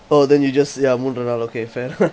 oh then you just ya moved around okay fair ha